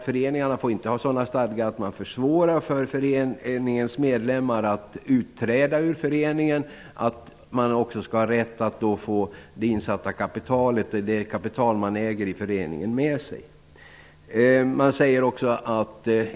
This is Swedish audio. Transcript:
Föreningarna får inte ha sådana stadgar att de försvårar för medlemmarna att utträda ur föreningen, och medlem som utträder skall ha rätt att få det kapital vederbörande äger i föreningen med sig vid utträdet.